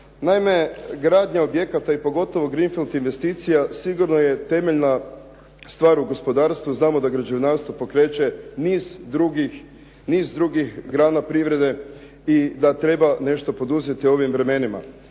Naime, gradnja objekata i pogotovo greenfield investicija sigurno je temeljna stvar u gospodarstvu, znamo da građevinarstvo pokreće niz drugih grana privrede i da treba nešto poduzeti u ovim vremenima.